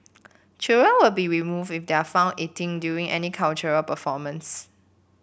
children will be removed if they are found eating during any cultural performance